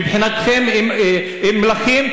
מבחינתכם הם מלכים,